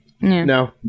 no